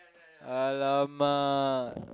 !alamak!